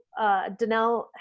Danelle